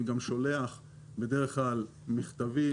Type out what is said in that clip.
אני גם שולח בדרך כלל מכתבים.